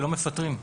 שלא מפטרים,